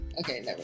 okay